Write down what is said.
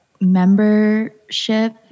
membership